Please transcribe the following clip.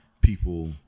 people